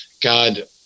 God